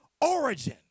origin